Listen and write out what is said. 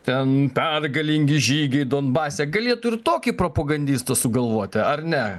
ten pergalingi žygiai donbase galėtų ir tokį propagandistą sugalvot ar ne